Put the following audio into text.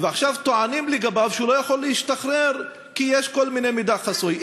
ועכשיו טוענים לגביו שהוא לא יכול להשתחרר כי יש מידע חסוי.